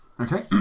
Okay